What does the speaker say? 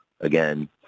again